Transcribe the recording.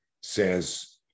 says